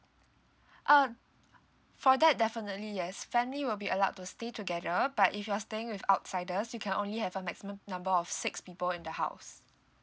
uh for that definitely yes family will be allowed to stay together but if you're staying with outsiders you can only have a maximum number of six people in the house